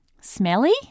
smelly